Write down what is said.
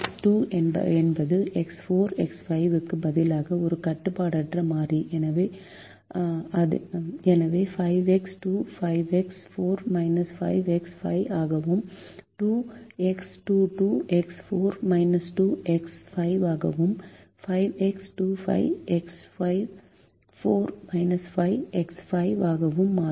X 2 என்பது x 4 x 5 க்கு பதிலாக ஒரு கட்டுப்பாடற்ற மாறி எனவே 5 எக்ஸ் 2 5 எக்ஸ் 4 5 எக்ஸ் 5 ஆகவும் 2 எக்ஸ் 2 2 எக்ஸ் 4 2 எக்ஸ் 5 ஆகவும் 5 எக்ஸ் 2 5 எக்ஸ் 4 5 எக்ஸ் 5 ஆகவும் மாறும்